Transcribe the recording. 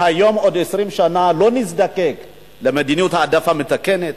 מהיום עוד 20 שנה לא נזדקק למדיניות העדפה מתקנת,